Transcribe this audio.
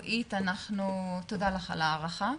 תודה לך על ההערכה.